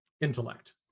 intellect